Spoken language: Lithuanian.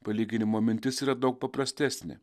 palyginimo mintis yra daug paprastesnė